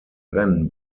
rennen